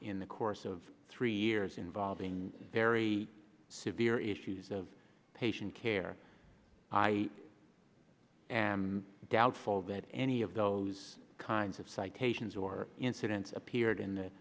in the course of three years involving very severe issues of patient care i am doubtful that any of those kinds of citations or incidents appeared in the